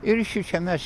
ir šičia mes